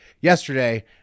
yesterday